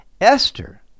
Esther